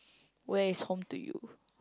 where is home to you